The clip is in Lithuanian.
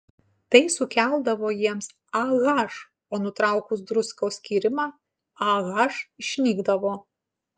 tai sukeldavo jiems ah o nutraukus druskos skyrimą ah išnykdavo